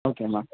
okay ma'am